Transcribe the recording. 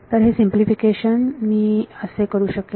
तर हे सिंपलिफिकेशन मी असे करू शकेन